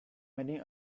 many